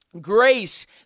grace